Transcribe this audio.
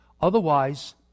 Otherwise